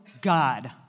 God